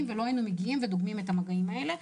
ולא היינו מגיעים ודוגמים את המגעים האלה.